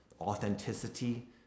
authenticity